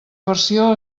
versió